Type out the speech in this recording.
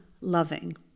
loving